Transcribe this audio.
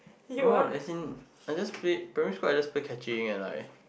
no as in I just play primary school I just play catching and like